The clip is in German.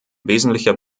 wesentlicher